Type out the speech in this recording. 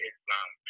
Islam